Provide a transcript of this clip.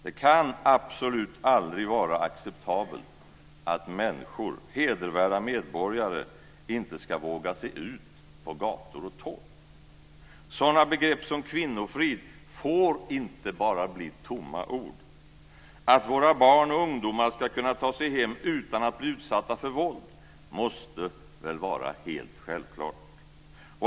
Det kan absolut aldrig vara acceptabelt att människor, hedervärda medborgare, inte ska våga sig ut på gator och torg. Sådana begrepp som kvinnofrid får inte bara bli tomma ord. Att våra barn och ungdomar ska kunna ta sig hem utan att bli utsatta för våld måste vara helt självklart.